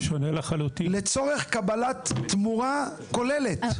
לצורך קבלת תמורה כוללת.